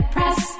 Press